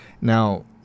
Now